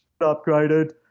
upgraded